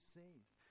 saves